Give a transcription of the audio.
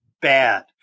bad